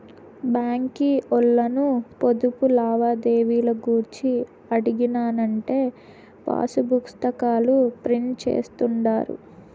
బాంకీ ఓల్లను పొదుపు లావాదేవీలు గూర్చి అడిగినానంటే పాసుపుస్తాకాల ప్రింట్ జేస్తుండారు